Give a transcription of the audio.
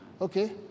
okay